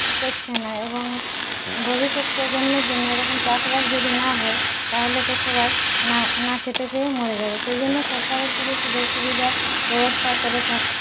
করছে না এবং ভবিষ্যৎ প্রজন্মের জন্য এরকম চাষবাস যদি না হয় তাহলে তো সবাই না না খেতে পেয়ে মরে যাবে সেজন্য সরকারের কিছু সুযোগ সুবিধা ব্যবস্থা করে থাকে